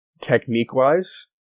technique-wise